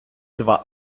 два